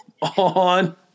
on